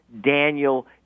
Daniel